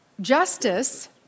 Justice